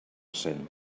cent